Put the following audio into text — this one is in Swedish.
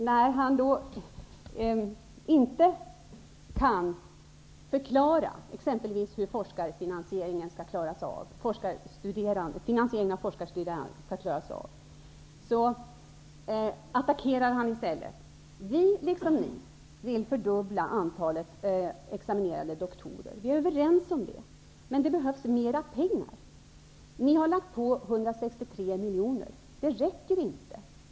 När Per Unckel inte kan förklara hur finansieringen av forskarstudierna skall klaras, attackerar han i stället. Vi vill, liksom ni, fördubbla antalet examinerade doktorer. Vi är överens om det. Men det behövs mera pengar. Ni har lagt till 163 miljonr. Det räcker inte.